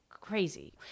crazy